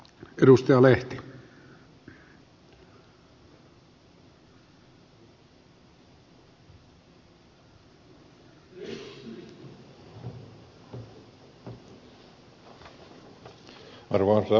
arvoisa herra puhemies